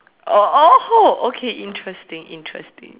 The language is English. oh oh okay interesting interesting